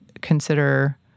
consider